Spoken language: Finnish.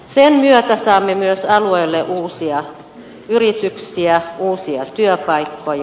sen myötä saamme myös alueelle uusia yrityksiä uusia työpaikkoja